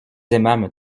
aimâmes